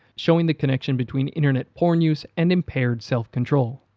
showing the connection between internet porn use and impaired self control.